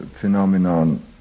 phenomenon